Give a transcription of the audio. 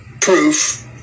Proof